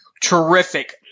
terrific